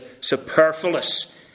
superfluous